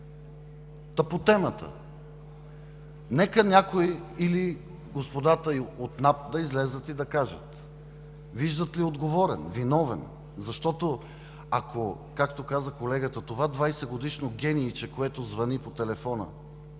Та, по темата. Нека някой или господата от НАП да излязат и да кажат виждат ли отговорен, виновен? Защото, ако, както каза колегата, това 20-годишно генийче, което звъни по телефона